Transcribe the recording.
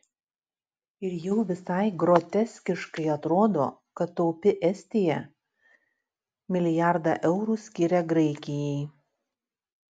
ir jau visai groteskiškai atrodo kad taupi estija milijardą eurų skiria graikijai